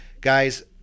guys